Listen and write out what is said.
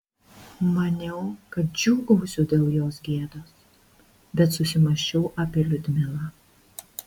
maniau kad džiūgausiu dėl jos gėdos bet susimąsčiau apie liudmilą